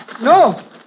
No